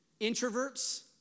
introverts